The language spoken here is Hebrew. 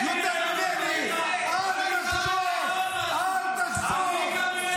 אני מקבל את העובדה שמגיעה זכות הגדרה עצמית לעם היהודי.